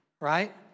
right